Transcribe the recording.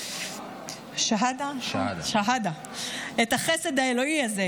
את החסד האלוהי הזה,